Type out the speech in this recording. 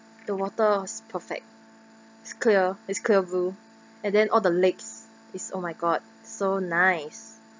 the water was perfect it's clear is clear blue and then all the lakes is oh my god so nice